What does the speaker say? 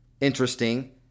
interesting